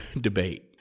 debate